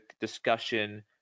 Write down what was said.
discussion